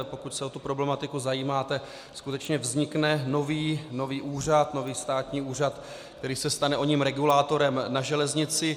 Pokud se o tu problematiku zajímáte, skutečně vznikne nový úřad, nový státní úřad, který se stane oním regulátorem na železnici.